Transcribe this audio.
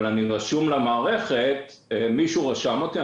אני רשום במערכת אחרי שמישהו רשם אותי,